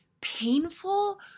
painful